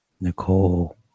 nicole